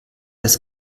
das